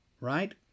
right